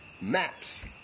maps